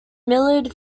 millard